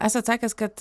esat sakęs kad